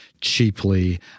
cheaply